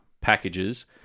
packages